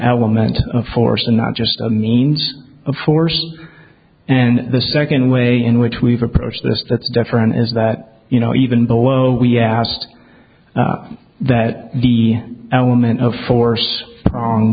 element of force and not just a means of force and the second way in which we've approached this that's different is that you know even below we asked that the element of force